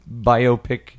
biopic